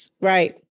right